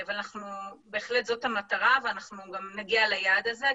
אבל זו המטרה וגם נגיע ליעד הזה.